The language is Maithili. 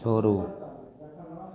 छोड़ू